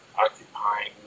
occupying